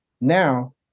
Now